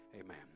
Amen